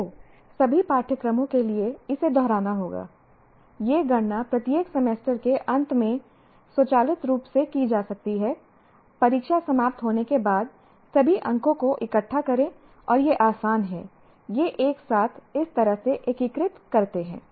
आपको सभी पाठ्यक्रमों के लिए इसे दोहराना होगा ये गणना प्रत्येक सेमेस्टर के अंत में स्वचालित रूप से की जा सकती है परीक्षा समाप्त होने के बाद सभी अंकों को इकट्ठा करें और यह आसान है यह एक साथ इस तरह से एकीकृत करते है